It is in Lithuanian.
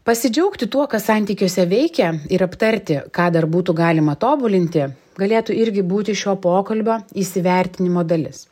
pasidžiaugti tuo kas santykiuose veikia ir aptarti ką dar būtų galima tobulinti galėtų irgi būti šio pokalbio įsivertinimo dalis